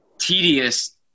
tedious